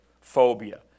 phobia